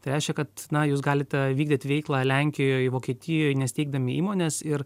tai reiškia kad na jūs galite vykdyt veiklą lenkijoj vokietijoj nesteigdami įmonės ir